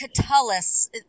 Catullus